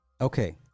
Okay